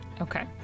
Okay